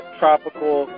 tropical